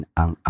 ang